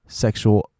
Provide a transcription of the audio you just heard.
sexual